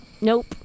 nope